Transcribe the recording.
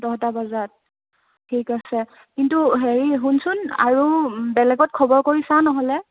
দহটা বজাত ঠিক আছে কিন্তু হেৰি শুনচোন আৰু বেলেগত খবৰ কৰি চা নহ'লে